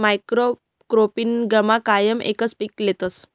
मोनॉक्रोपिगमा कायम एकच पीक लेतस